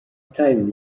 tyler